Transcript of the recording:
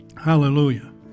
Hallelujah